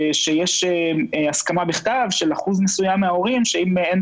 שיש הסכמה בכתב של אחוז מסוים מההורים שאם אין